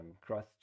cross